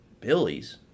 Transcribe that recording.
Billy's